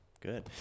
Good